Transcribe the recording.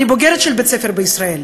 ואני בוגרת של בית-ספר בישראל,